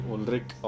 Ulrich